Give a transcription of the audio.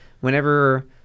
whenever